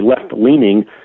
left-leaning